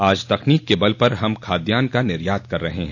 आज तकनीक के बल पर हम खाद्यान का निर्यात कर रहे हैं